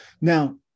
now